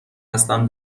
هستم